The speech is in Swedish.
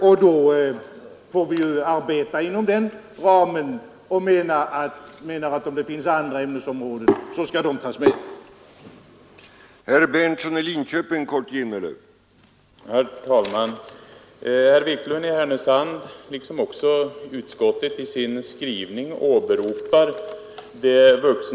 Vi får då arbeta inom ramen härför och menar att även andra ämnesområden som kan vara angelägna skall tas med i detta sammanhang.